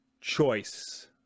choice